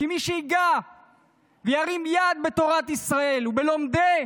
כי מי שייגע וירים יד בתורת ישראל ובלומדי